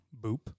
boop